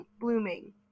blooming